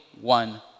One